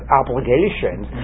obligations